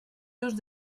just